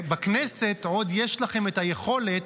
ובכנסת עוד יש לכם את היכולת,